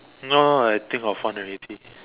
no I think of one already